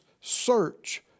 search